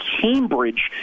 Cambridge